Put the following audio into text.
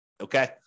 Okay